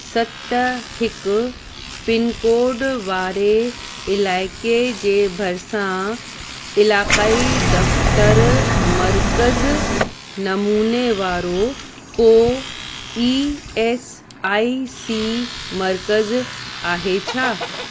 सत हिकु पिनकोड वारे इलाइक़े जे भरिसां इलाकाई दफ़्तरु मर्कज़ नमूने वारो को ई एस आई सी मर्कज़ आहे छा